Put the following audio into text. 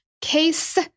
case